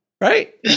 Right